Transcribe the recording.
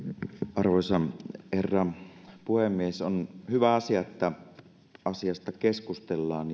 arvoisa herra puhemies on hyvä asia että asiasta keskustellaan